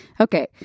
Okay